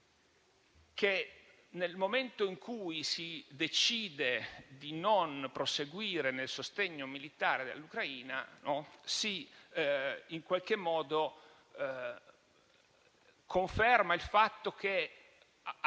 che, nel momento in cui si decide di non proseguire nel sostegno militare all'Ucraina, si conferma il fatto che, se